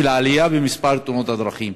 את העלייה במספר תאונות הדרכים.